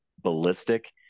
ballistic